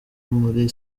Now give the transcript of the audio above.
muri